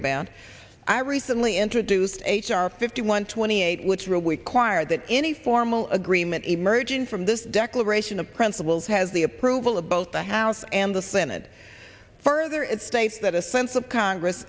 about i recently introduced h r fifty one twenty eight which really quire that any formal agreement emerging from this declaration of principles has the rule of both the house and the senate further it states that a sense of congress